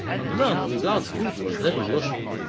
and learned to regard voodoo as devil worshipping,